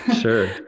sure